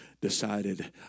decided